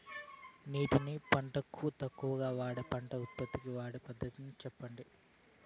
నీటిని పంటలకు తక్కువగా వాడే పంట ఉత్పత్తికి వాడే పద్ధతిని సెప్పండి?